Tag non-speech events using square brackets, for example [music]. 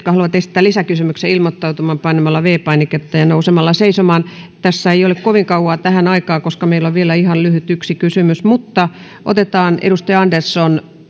[unintelligible] haluavat esittää lisäkysymyksiä ilmoittautumaan painamalla viides painiketta ja nousemalla seisomaan tässä ei ole kovin kauan tähän aikaa koska meillä on vielä yksi ihan lyhyt kysymys mutta otetaan edustajat andersson